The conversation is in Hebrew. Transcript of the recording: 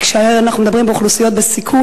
כשאנחנו מדברים על אוכלוסיות בסיכון